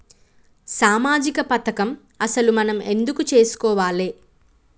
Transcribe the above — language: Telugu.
సామాజిక పథకం అసలు మనం ఎందుకు చేస్కోవాలే?